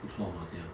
不错嘛这样